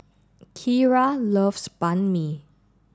Kiera loves Banh Mi